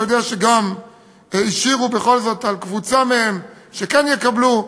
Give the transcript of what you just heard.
אבל אתה יודע שגם השאירו בכל זאת קבוצה מהם שכן יקבלו.